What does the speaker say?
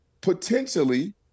potentially